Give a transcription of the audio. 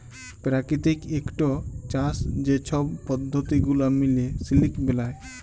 পেরাকিতিক ইকট চাষ যে ছব পদ্ধতি গুলা মিলে সিলিক বেলায়